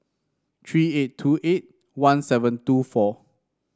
three eight two eight one seven two four